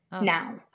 now